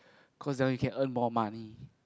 cause that one you can earn more money